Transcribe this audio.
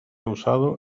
usado